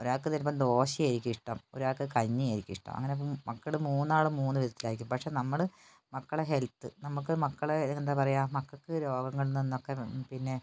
ഒരാൾക്ക് ചിലപ്പം ദോശ ആയിരിക്കും ഇഷ്ടം ഒരാൾക്ക് കഞ്ഞിയായിരിക്കും ഇഷ്ടം അങ്ങനെ മക്കൾ മൂന്നാളും മൂന്ന് വിധത്തിലായിരിക്കും പക്ഷേ നമ്മൾ മക്കളെ ഹെൽത്ത് നമുക്ക് മക്കളെ എന്താ പറയുക മക്കൾക്ക് രോഗങ്ങളിൽ നിന്നൊക്കെ പിന്നെ